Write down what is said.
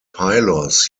pylos